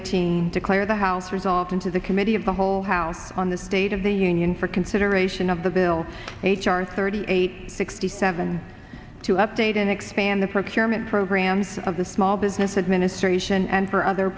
eighteen declare the house resolved into the committee of the whole house on this date of the union for consideration of the bill h r thirty eight sixty seven to update and expand the procurement programs of the small business administration and for other